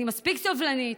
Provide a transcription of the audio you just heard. אני מספיק סובלנית.